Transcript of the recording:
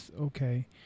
okay